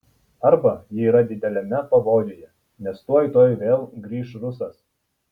arba ji yra dideliame pavojuje nes tuoj tuoj vėl grįš rusas